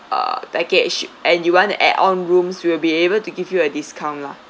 uh package and you want to add on rooms we will be able to give you a discount lah